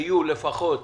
שיהיו לפחות